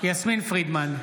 יסמין פרידמן,